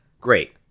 Great